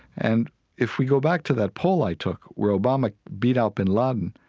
and if we go back to that poll i took where obama beat out bin laden,